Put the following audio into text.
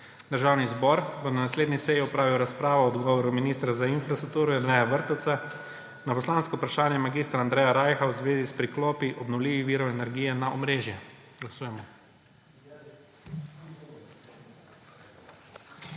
Državni zbor bo na naslednji seji opravil razpravo o odgovoru ministra za infrastrukturo Jerneja Vrtovca na poslansko vprašanje mag. Andreja Rajha v zvezi s priklopi obnovljivih virov energije na omrežje.